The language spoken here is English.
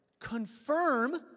confirm